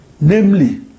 namely